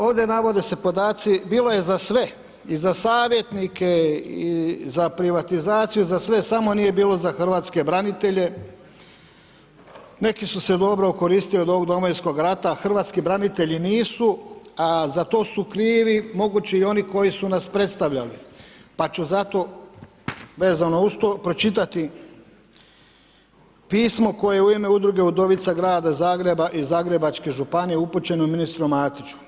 Ovdje navode se podaci bilo je za sve, i za savjetnike, i za privatizaciju, za sve, samo nije bilo za hrvatske branitelje, neki su se dobro okoristili od Domovinskog rata, hrvatski branitelji nisu, a za to su krivi moguće i oni koji su nas predstavljali pa ću zato vezano uz pročitati pismo koje je u ime udruge Udovica grada Zagreba i Zagrebačke županije upućeno ministru Matiću.